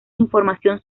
información